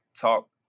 talk